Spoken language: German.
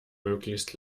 möglichst